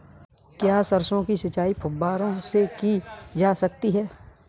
क्या सरसों की सिंचाई फुब्बारों से की जा सकती है?